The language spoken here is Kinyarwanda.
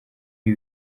ibi